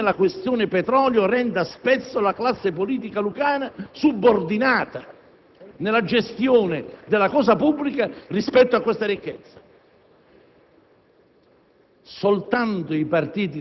e purtroppo dobbiamo constatare come la questione petrolio renda spesso la classe politica lucana subordinata nella gestione della cosa pubblica rispetto a questa ricchezza.